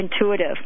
intuitive